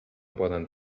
poden